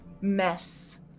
mess